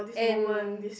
and